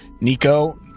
Nico